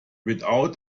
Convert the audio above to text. without